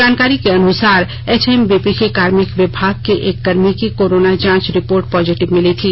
जानकारी के अनुसार एचएमबीपी के कार्मिक विमाग के एक कर्मी की कोरोना जांच रिपोर्ट पॉजिटिव मिली थी